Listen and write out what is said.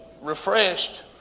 refreshed